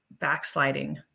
backsliding